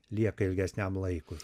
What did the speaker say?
lieka ilgesniam laikui